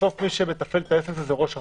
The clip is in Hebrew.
בסוף מי שמתפעל את העסק הזה הוא ראש הרשות,